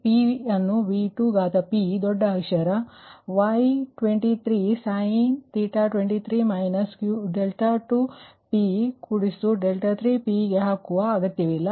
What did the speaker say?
ಆದ್ದರಿಂದ p ಅನ್ನು V3p ದೊಡ್ಡ ಅಕ್ಷರ Y23sin𝛉23 − 𝛿2p 𝛿3p ಗೆ ಹಾಕುವ ಅಗತ್ಯವಿಲ್ಲ